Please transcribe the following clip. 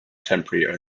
temporary